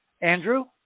Andrew